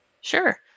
Sure